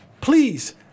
Please